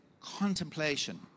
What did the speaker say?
contemplation